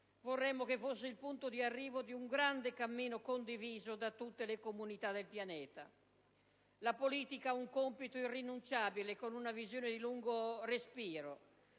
Vorremmo che fosse il punto di arrivo di un grande cammino condiviso da tutte le comunità del pianeta. La politica ha un compito irrinunciabile con una visione di lungo respiro